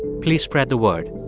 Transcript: please spread the word